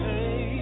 Hey